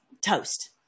toast